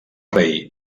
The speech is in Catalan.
rei